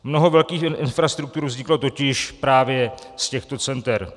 Mnoho velkých infrastruktur vzniklo totiž právě z těch center.